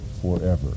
forever